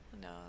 No